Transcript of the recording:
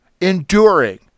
enduring